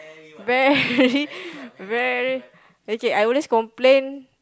very very okay I always complain